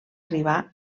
arribar